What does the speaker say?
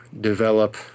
develop